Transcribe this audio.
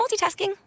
multitasking